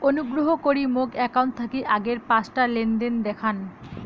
অনুগ্রহ করি মোর অ্যাকাউন্ট থাকি আগের পাঁচটা লেনদেন দেখান